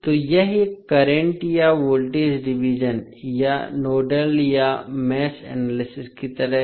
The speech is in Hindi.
तो यह एक करंट या वोल्टेज डिवीज़न या नोडल या मेष एनालिसिस की तरह है